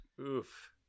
Oof